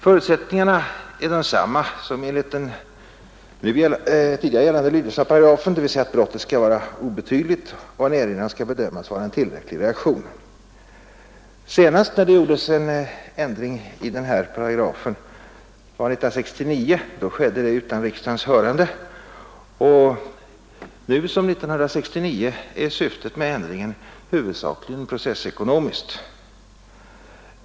Förutsättningarna är desamma som enligt den tidigare gällande lydelsen av paragrafen, dvs. att brottet skall vara obetydligt och att en erinran skall bedömas vara en skälig reaktion. När det senast skedde en ändring i denna paragraf, 1969, skedde det utan riksdagens hörande. Nu liksom 1969 är syftet med ändringen huvudsakligen processekonomiskt.